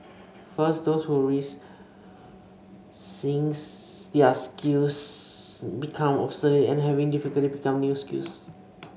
first those who risk seeing their skills become obsolete and have difficulty picking up new skills